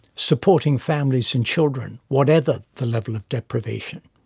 supporting families and children, whatever the level of deprivation.